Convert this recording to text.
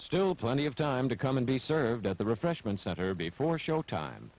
still plenty of time to come and be served at the refreshment center before showtime